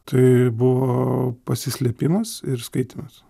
tai buvo pasislėpimas ir skaitymas